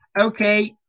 Okay